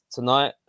tonight